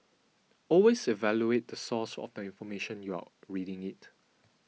always evaluate the source of the information you're reading it